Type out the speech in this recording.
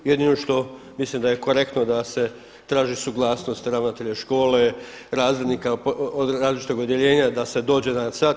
Jedino što mislim da je korektno da se traži suglasnost ravnatelja škole, razrednika različitog odjeljenja da se dođe na sat.